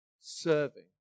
serving